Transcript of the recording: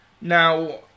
Now